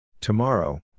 Tomorrow